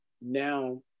now